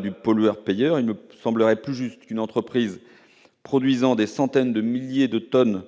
du pollueur-payeur, il semblerait plus juste qu'une entreprise produisant des centaines de milliers de tonnes